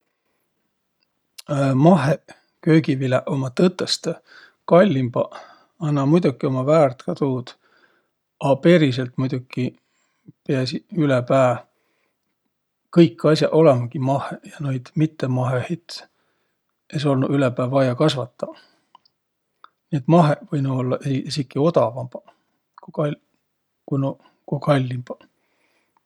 Mahheq köögiviläq ummaq tõtõstõ kallimbaq, a nä muidoki ummaq väärt ka tuud. A periselt muidoki piäsiq ülepää kõik as'aq olõmagi mahheq ja noid mittemahehit es olnuq ülepää vaia kasvataq. Et mahheq võinuq ollaq esi- esiki odavambaq ku kal- ku noq, ku kallimbaq.